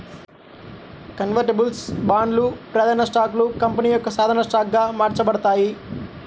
convertibles బాండ్లు, ప్రాధాన్య స్టాక్లు కంపెనీ యొక్క సాధారణ స్టాక్గా మార్చబడతాయి